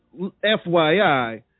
FYI